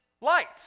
light